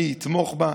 ואני אתמוך בה,